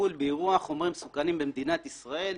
הטיפול באירוע חומרים מסוכנים במדינת ישראל.